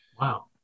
Wow